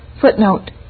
Footnote